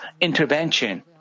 intervention